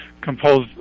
composed